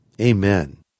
Amen